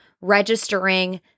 registering